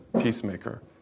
peacemaker